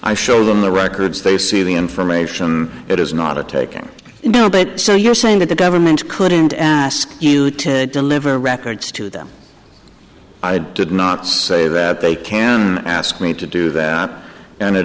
i show them the records they see the information it is not a taking you know but so you're saying that the government couldn't ask you to deliver records to them i did not say that they can ask me to do that and it